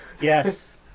Yes